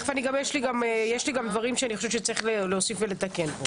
יש לי גם דברים שאני חושבת שצריך להוסיף ולתקן.